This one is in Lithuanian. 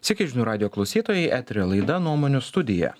sveiki žinių radijo klausytojai eteryje laida nuomonių studija